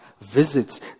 visits